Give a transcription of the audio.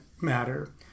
matter